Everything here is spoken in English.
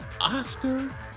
Oscar